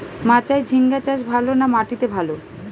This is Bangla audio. মাচায় ঝিঙ্গা চাষ ভালো না মাটিতে ভালো?